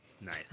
Nice